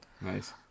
Nice